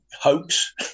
hoax